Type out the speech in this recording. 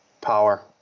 power